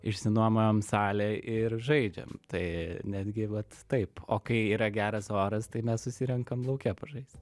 išsinuomojom salę ir žaidžiam tai netgi vat taip o kai yra geras oras tai mes susirenkam lauke pažaisti